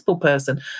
person